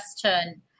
question